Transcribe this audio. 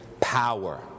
power